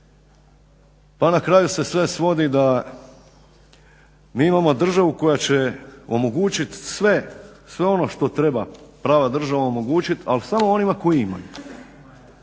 Pa na kraju se sve svodi da mi imamo državu koja će omogućiti sve ono što treba prava država omogućiti, ali samo onima koji imaju.